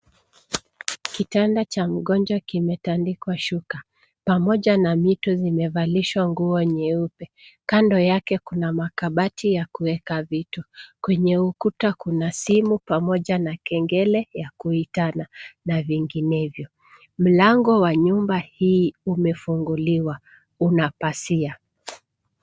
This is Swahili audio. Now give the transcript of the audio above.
Kitanda cha mgonjwa kimetandikwa shuka pamoja na mito zimevalishwa nguo nyeupe. Kando yake kuna makabati ya kuweka vitu. Kwenye ukuta kuna simu pamoja na kengele ya kuitana na vinginevyo. Mlango wa nyumba hii umefinguliwa. Una pazia.